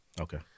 Okay